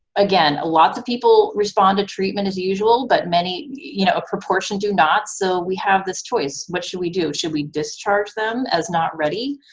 again, a lot of people respond to treatment as usual but many, you know, a proportion do not. so we have this choice. what should we do should we discharge them as not ready,